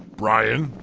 brian.